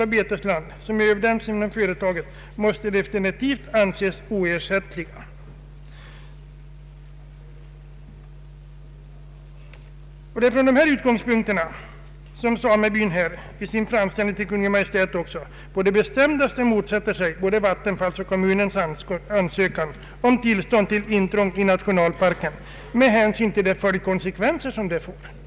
och betesland, som överdämts genom företaget, måste definitivt anses oersättliga.” Det är från dessa utgångspunkter som samebyn, i sin framställning till Kungl. Maj:t, på det bestämdaste motsätter sig både Vattenfalls och kommunens ansökan om tillstånd till intrång i nationalparken med hänsyn till de konsekvenser ett sådant intrång skulle få.